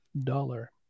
dollar